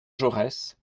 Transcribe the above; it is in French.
jaurès